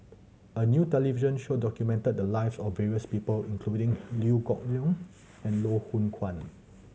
a new television show documented the lives of various people including Liew Geok Leong and Loh Hoong Kwan